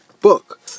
book